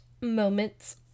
moments